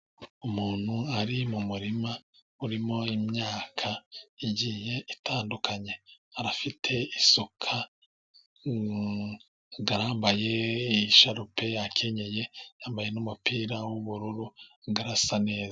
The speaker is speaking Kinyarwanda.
Umuntu ari mu murima urimo imyaka igiye itandukanye, afite isuka, yambaye isharupe, yakenyeye, yambaye n'umupira w'ubururu arasa neza.